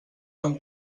amb